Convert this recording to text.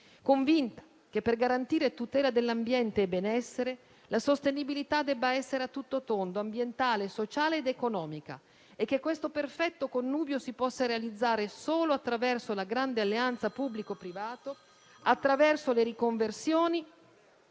convinta che per garantire tutela dell'ambiente e benessere la sostenibilità debba essere a tutto tondo (ambientale, sociale ed economica) e che questo perfetto connubio si possa realizzare solo attraverso la grande alleanza tra pubblico e privato, attraverso le riconversioni